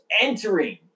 entering